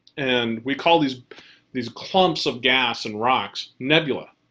and we call these these clumps of gas and rocks. nebula.